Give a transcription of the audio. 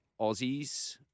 Aussies